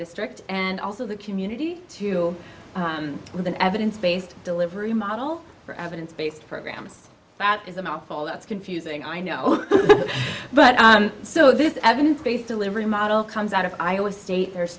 district and also the community too with an evidence based delivery model for evidence based programs that is a mouthful that's confusing i know but so this evidence based delivery model comes out of iowa state there's